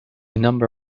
number